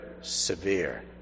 severe